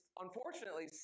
unfortunately